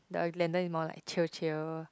the Glenden is more like chill chill